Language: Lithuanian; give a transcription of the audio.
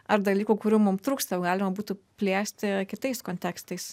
ar dalykų kurių mums trūksta jau galima būtų plėsti kitais kontekstais